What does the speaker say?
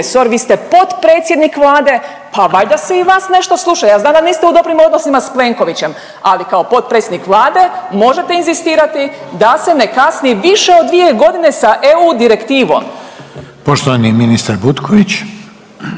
vi ste potpredsjednik Vlade, pa valjda se i vas nešto sluša, ja znam da niste u dobrim odnosima s Plenkovićem, ali kao potpredsjednik Vlade možete inzistirati da se ne kasni više od 2.g. sa EU direktivom. **Reiner, Željko